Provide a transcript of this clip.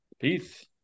Peace